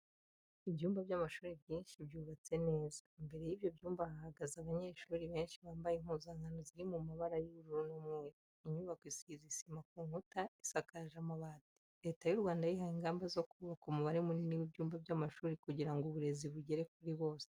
Ibyumba by'amashuri byinshi byubatse neza, imbere y'ibyo byumba hahagaze abanyeshuri benshi bambaye impuzankano ziri mu mabara y'ubururu n'umweru. Inyubako isize isima ku nkuta, isakaje amabati. Leta y'u Rwanda yihaye ingamba zo kubaka umubare munini w'ibyumba by'amashuri kugira ngo uburezi bugere kuri bose.